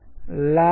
కానీ అది అలా కాదు